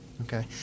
Okay